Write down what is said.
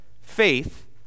faith